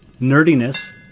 nerdiness